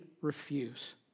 refuse